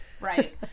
Right